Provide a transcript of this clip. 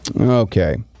Okay